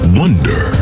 wonder